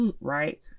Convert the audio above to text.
right